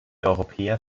europäer